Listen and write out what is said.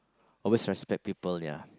always respect people ya